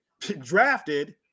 drafted